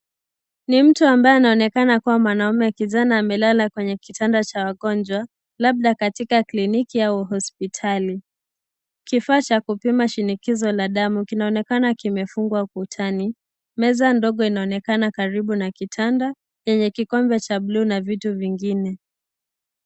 Ni mtu ambaye anaonekana kuwa mwanaume kijana amelala kwenye kitanda cha wagonjwa labda katika kliniki au hospitali. Kifaa cha kupima shinikizo la damu kinaonekana kimefungwa ukutani. Meza ndogo inaonekana karibu na kitanda yenye kikombe cha bluu na vitu vingine.